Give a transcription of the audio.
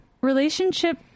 Relationship